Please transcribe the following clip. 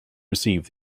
received